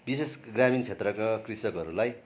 विशेष ग्रामीण क्षेत्रहरूको कृषकहरूलाई